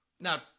Now